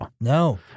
No